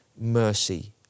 mercy